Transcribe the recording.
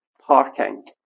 Parking